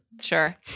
Sure